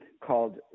called